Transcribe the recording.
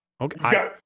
Okay